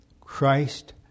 Christ